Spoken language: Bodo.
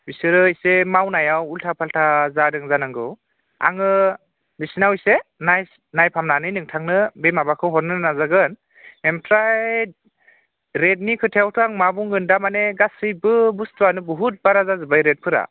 बिसोरो एसे मावनायाव उल्था फाल्था जादों जानांगौ आङो बिसोरनाव एसे नाय नायफामनानै नोंथांनो बे माबाखौ हरनो नाजागानो ओमफ्राय रेटनि खोथायावथ' आं मा बुंगोन थारमाने गासैबो बुस्थु आनो बुहुद बारा जाजोब्बाय रेटफोरा